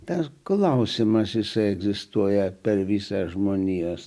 tas klausimas visada egzistuoja per visą žmonijos